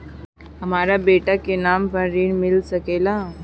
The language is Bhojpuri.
हमरा बेटा के नाम पर ऋण मिल सकेला?